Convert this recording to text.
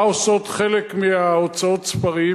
מה עושות חלק מהוצאות הספרים?